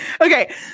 okay